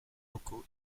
locaux